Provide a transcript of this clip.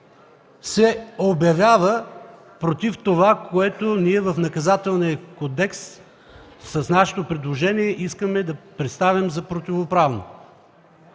се обявява против това, което ние в Наказателния кодекс с нашето предложение искаме да представим за противоправно.